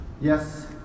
Yes